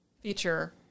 feature